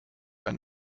ein